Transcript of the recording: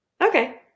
Okay